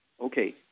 Okay